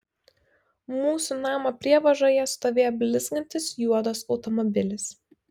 mūsų namo prievažoje stovėjo blizgantis juodas automobilis